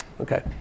okay